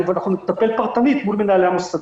ואנחנו נטפל פרטנית מול מנהלי המוסדות.